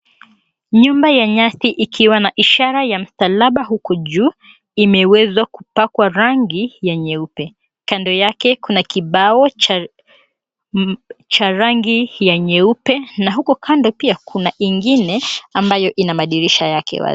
Nyumba ya nyasi ikiwa na ishara ya msalaba huku juu imewezwa kupakwa rangi ya nyeupe. Kando yake kuna kibao cha rangi ya nyeupe na huko kando pia kuna ingine ambayo ina madirisha yake wazi.